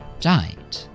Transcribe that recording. died